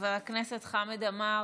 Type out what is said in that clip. חבר הכנסת חמד עמאר,